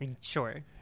Sure